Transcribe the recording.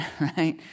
right